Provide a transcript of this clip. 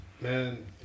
man